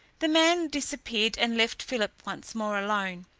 the man disappeared and left philip once more alone.